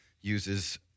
uses